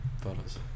photos